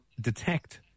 detect